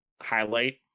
highlight